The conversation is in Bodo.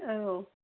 औ